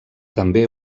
també